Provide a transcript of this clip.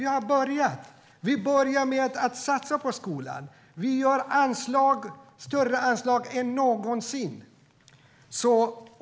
Vi har börjat. Vi börjar med att satsa på skolan. Vi ger större anslag än någonsin.